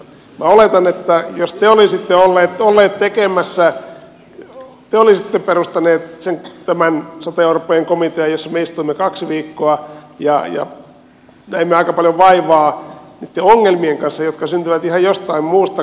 minä oletan että jos te olisitte olleet tätä tekemässä te olisitte perustaneet tämän sote orpojen komitean jossa me istuimme kaksi viikkoa ja näimme aika paljon vaivaa niiden ongelmien kanssa jotka syntyivät ihan jostain muusta kuin näistä peruslinjauksista